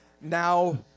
Now